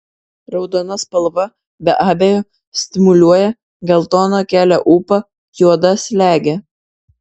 raudona spalva be abejo stimuliuoja geltona kelia ūpą juoda slegia